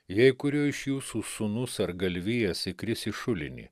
jei kurio iš jūsų sūnus ar galvijas įkris į šulinį